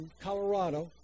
Colorado